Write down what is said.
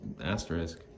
asterisk